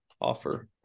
offer